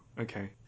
okay